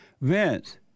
Vince